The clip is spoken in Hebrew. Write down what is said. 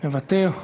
מוותר.